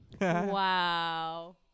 Wow